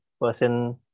person